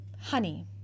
honey